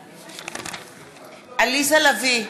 בעד עליזה לביא,